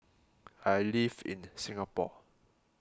I live in Singapore